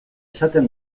esaten